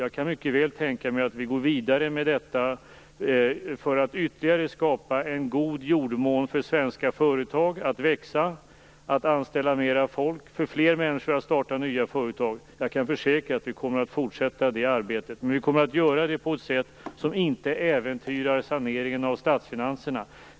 Jag kan mycket väl tänka mig att gå vidare för att ytterligare skapa en god jordmån för svenska företag att växa, att anställa mera folk, att få fler människor att starta nya företag. Jag kan försäkra att vi kommer att fortsätta det arbetet. Men vi kommer att göra det på ett sätt som inte äventyrar saneringen av statsfinanserna.